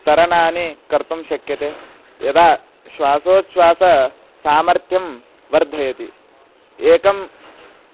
तरणानि कर्तुं शक्यते यदा श्वासोछ्वाससामर्थ्यं वर्धयति एकं